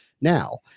now